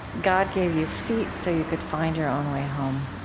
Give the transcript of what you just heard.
god gave you feet so you could find your own way home.